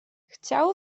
chciał